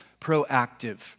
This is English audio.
proactive